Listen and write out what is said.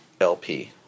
LP